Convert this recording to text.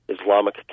Islamic